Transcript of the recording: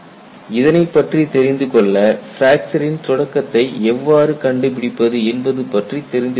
இதனைப் பற்றி தெரிந்து கொள்ள பிராக்சரின் தொடக்கத்தை எவ்வாறு கண்டுபிடிப்பது என்பது பற்றி தெரிந்து கொள்ள வேண்டும்